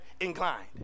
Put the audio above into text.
inclined